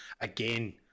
again